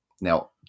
now